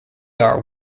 are